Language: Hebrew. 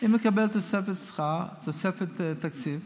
אם נקבל תוספת תקציב,